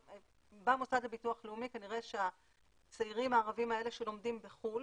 במוסד לביטוח לאומי כנראה שהצעירים הערבים האלה שלומדים בחו"ל,